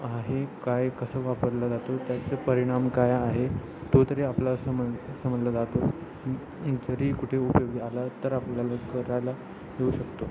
आहे काय कसं वापरला जातो त्याचं परिणाम काय आहे तो तरी आपला सम समजलं जातो जरी कुठे उपयोगी आला तर आपल्याला करायला येऊ शकतो